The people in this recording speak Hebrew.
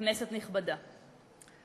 כנסת נכבדה,